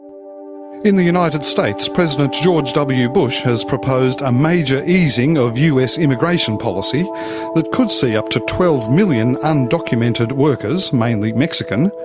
in the united states, president george w. bush has proposed a major easing of us immigration policy that could see up to twelve million undocumented workers, mainly mexican,